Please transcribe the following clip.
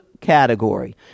category